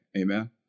Amen